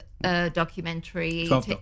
documentary